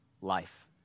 life